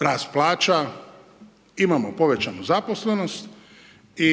rast plaća. Imamo povećanu zaposlenost i